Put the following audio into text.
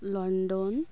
London